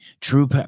true